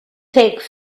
take